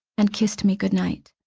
and kissed me good night.